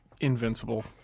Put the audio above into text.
invincible